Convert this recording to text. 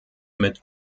mit